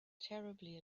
terribly